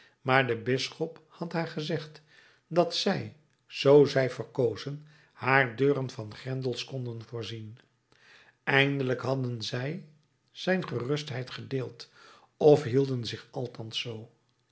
maar de bisschop had haar gezegd dat zij zoo zij verkozen haar deuren van grendels konden voorzien eindelijk hadden zij zijn gerustheid gedeeld of hielden zich althans zoo